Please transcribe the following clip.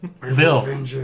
Bill